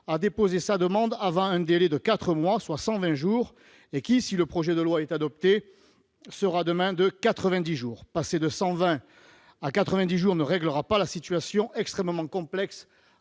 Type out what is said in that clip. à déposer sa demande avant un délai de quatre mois, soit 120 jours, et qui, si le projet de loi est adopté, sera demain de 90 jours. Passer de 120 à 90 jours ne réglera pas la situation extrêmement complexe